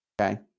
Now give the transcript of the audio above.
okay